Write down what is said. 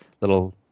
little